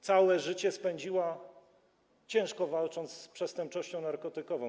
Całe życie spędziła, ciężko walcząc z przestępczością narkotykową.